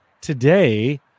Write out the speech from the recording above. today